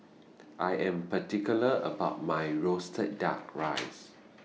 I Am particular about My Roasted Duck Rice